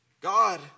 God